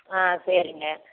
ஆ சரிங்க